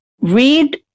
read